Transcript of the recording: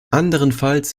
anderenfalls